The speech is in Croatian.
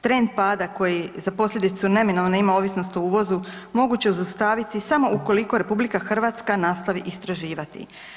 Trend pada koji za posljedicu neminovno ima ovisnost o uvozi, moguće je zaustaviti samo ukoliko RH nastavi istraživati.